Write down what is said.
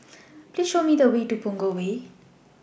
Please Show Me The Way to Punggol Way